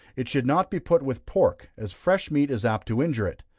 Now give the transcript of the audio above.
it should not be put with pork, as fresh meat is apt to injure it.